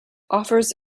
offers